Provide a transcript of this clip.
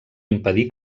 impedir